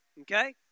Okay